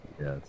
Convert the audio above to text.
Yes